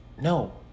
No